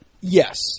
yes